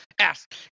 ask